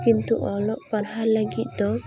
ᱠᱤᱱᱛᱩ ᱚᱞᱚᱜ ᱯᱟᱲᱦᱟᱣ ᱞᱟ ᱜᱤᱫ ᱫᱚ